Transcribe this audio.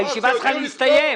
הישיבה צריכה להסתיים.